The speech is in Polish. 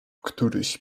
któryś